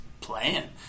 playing